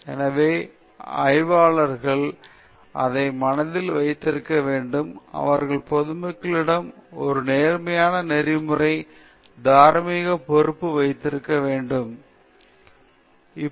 எனவே ஆய்வாளர்கள் இதை மனதில் வைத்திருக்க வேண்டும் அவர்கள் பொதுமக்களிடம் ஒரு நேர்மறையான நெறிமுறை தார்மீக பொறுப்பை வைத்திருக்க வேண்டும் அவர்களின் பணி பொது மக்களுக்கு ஒரு குறிப்பிடத்தக்க வகையில் பயனளிக்கும்